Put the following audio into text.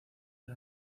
del